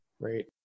Great